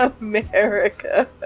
america